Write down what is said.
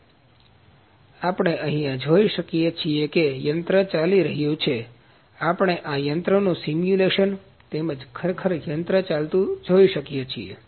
તેથી આપણે અહીંયા જોઈ શકીએ છીએ કે યંત્ર ચાલી રહ્યું છે આપણે આ યંત્રનું સીમ્યુલેશન તેમજ ખરેખર યંત્ર ચાલતું જોઈ શકીએ છીએ